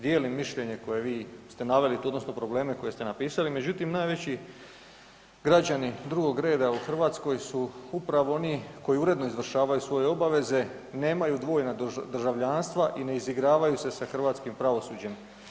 Dijelim mišljenje koje vi ste naveli tu odnosno probleme koje ste napisali, međutim najveći građani drugog reda su upravo oni koji uredno izvršavaju svoje obaveze i nemaju dvojna državljanstva i ne izigravaju se sa hrvatskim pravosuđem.